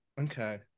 okay